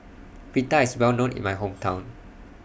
Pita IS Well known in My Hometown